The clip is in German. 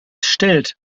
stellt